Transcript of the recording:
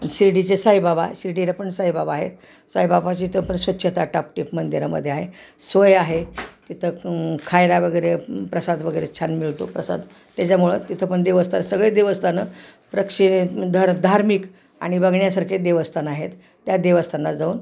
शिर्डीचे साईबाबा शिर्डीला पण साईबाबा आहेत साईबाबाची इथं पण स्वच्छता टापटिप मंदिरामध्ये आहे सोय आहे तिथं खायला वगैरे प्रसाद वगैरे छान मिळतो प्रसाद त्याच्यामुळं तिथं पण देवस्थान सगळे देवस्थानं प्रक्षे ध धार्मिक आणि बघण्यासारखे देवस्थानं आहेत त्या देवस्थानाला जाऊन